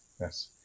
yes